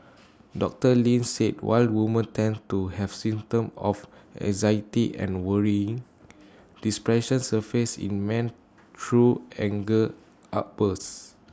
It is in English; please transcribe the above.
doctor Lin said while women tend to have symptoms of anxiety and worrying depressions A surfaces in men through anger outbursts